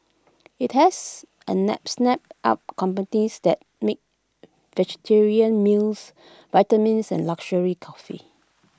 IT has snapped up companies that make vegetarian meals vitamins and luxury coffee